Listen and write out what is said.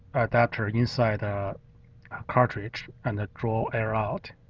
adapter inside the cartridge and ah draw air out.